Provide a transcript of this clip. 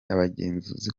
abagenzuzi